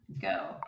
go